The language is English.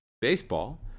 Baseball